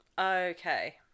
Okay